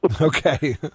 Okay